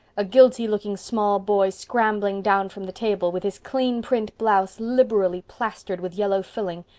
a guilty looking small boy scrambling down from the table, with his clean print blouse liberally plastered with yellow filling,